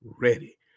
ready